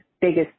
biggest